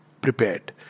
prepared